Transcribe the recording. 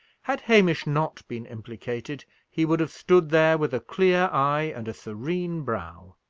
had hamish not been implicated, he would have stood there with a clear eye and a serene brow.